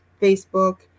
Facebook